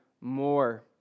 more